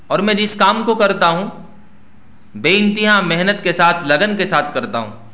اور میں جس کام کو کرتا ہوں بے انتہا محنت کے ساتھ لگن کے ساتھ کرتا ہوں